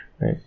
right